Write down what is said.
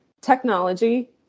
technology